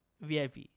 VIP